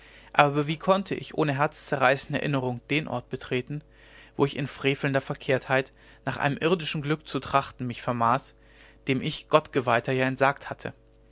aber wie konnte ich ohne herzzerreißende erinnerung den ort betreten wo ich in frevelnder verkehrtheit nach einem irdischen glück zu trachten mich vermaß dem ich gottgeweihter ja entsagt hatte